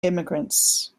immigrants